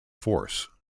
force